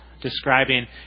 describing